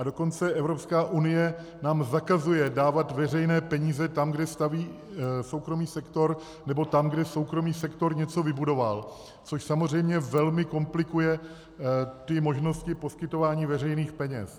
Dokonce Evropská unie nám zakazuje dávat veřejné peníze tam, kde staví soukromý sektor, nebo tam, kde soukromý sektor něco vybudoval, což samozřejmě velmi komplikuje možnosti poskytování veřejných peněz.